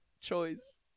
choice